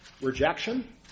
rejection